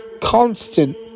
constant